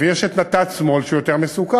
ויש את נת"צ שמאל, שהוא יותר מסוכן,